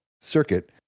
circuit